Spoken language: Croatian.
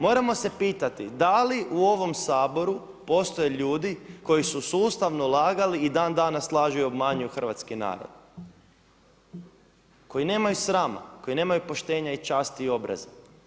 Moramo se pitati da li u ovom Saboru postoje ljudi koji su sustavno lagali i dan danas lažu i obmanjuju hrvatski narod koji nemaju srama, koji nemaju poštenja i časti i obraza?